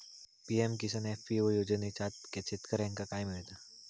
PM Kisan FPO योजनाच्यात शेतकऱ्यांका काय मिळता?